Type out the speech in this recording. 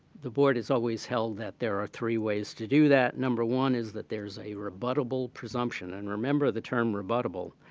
the board is always held that there are three ways to do that. number one is that there's a rebuttable presumption. and remember the term rebuttable.